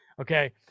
Okay